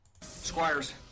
Squires